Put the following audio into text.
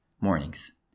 mornings